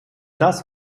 das